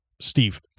Steve